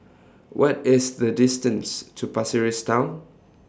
What IS The distance to Pasir Ris Town